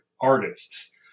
artists